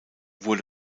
wurde